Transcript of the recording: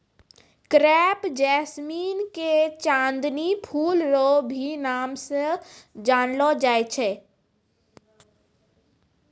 crepe jasmine के चांदनी फूल रो भी नाम से जानलो जाय छै